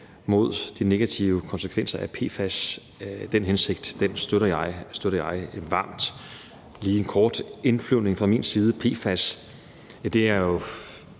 mod de negative konsekvenser af PFAS støtter jeg varmt. Der er lige en kort indflyvning fra min side: PFAS er jo